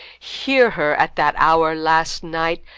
hear her, at that hour last night,